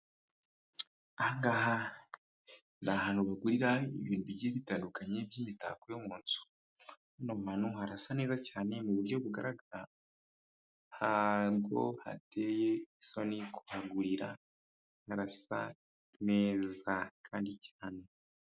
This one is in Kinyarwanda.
Aha ngaha ni ahantu bagurira ibintu bigiye bitandukanye, by'imitako yo mu nzu. Hano hantu harasa neza cyane mu buryo bugaragara, ntago hateye isoni kuhagurira, harasa neza kandi cyane.